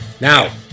Now